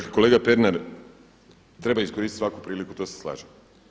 Dakle kolega Pernar, treba iskoristiti svaku priliku to se slažem.